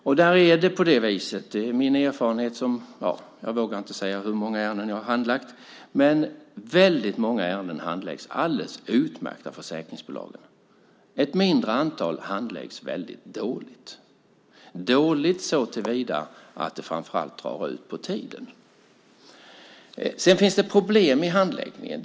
Min erfarenhet från att ha handlagt ett mycket stort antal ärenden - exakt hur många kan jag inte säga - är att väldigt många ärenden handläggs alldeles utmärkt av försäkringsbolagen. Ett mindre antal handläggs dåligt, framför allt såtillvida att handläggningen drar ut på tiden. Det finns också problem med handläggningen.